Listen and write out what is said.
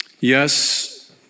Yes